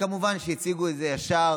כמובן שהציגו את זה ישר